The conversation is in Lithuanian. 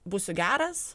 būsiu geras